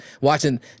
watching